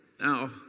Now